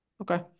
okay